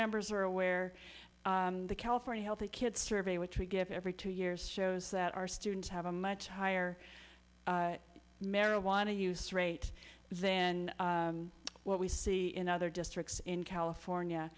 members are aware the california healthy kids survey which we give every two years shows that our students have a much higher marijuana use rate then what we see in other districts in california